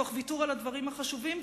תוך ויתור על הדברים החשובים.